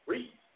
Read